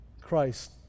Christ